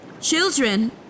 Children